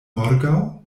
morgaŭ